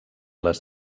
les